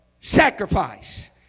sacrifice